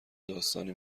داستانی